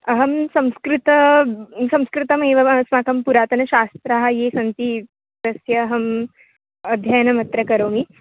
अहं संस्कृतं संस्कृतमेव वा अस्माकं पुरातनशास्त्राः ये सन्ति तस्याहम् अध्ययनमत्र करोमि